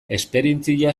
esperientzia